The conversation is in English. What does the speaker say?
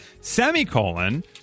semicolon